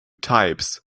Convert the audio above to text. types